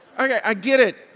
i get it.